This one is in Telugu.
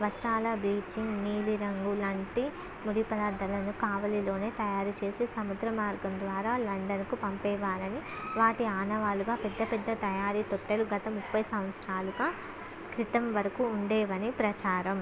వస్త్రాల బ్లీచింగ్ నీలిరంగు లాంటి ముడి పదార్థాలను కావలిలోనే తయారుచేసి సముద్ర మార్గం ద్వారా లండన్కు పంపేవారని వాటి ఆనవాళ్ళుగా పెద్ద పెద్ద తయారీ తోట్టెలు గత ముఫై సంవత్సరాలుగా క్రితం వరకు ఉండేవని ప్రచారం